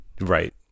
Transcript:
Right